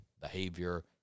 behavior